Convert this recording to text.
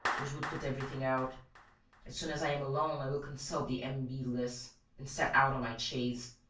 which would put everything out. as soon as i am alone, i will consult the m. b. list and set out on my chase.